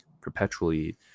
perpetually